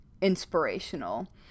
inspirational